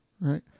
Right